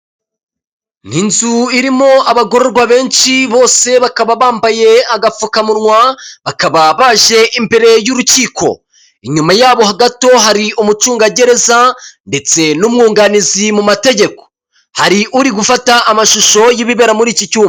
Inzu irimo abagororwa benshi bose bakaba bambaye agapfukamunwa, bakaba baje imbere y'urukiko, inyuma yabo gato hari umucungagereza ndetse n'umwunganizi mu mategeko, hari uri gufata amashusho y'ibibera muri iki cyumba.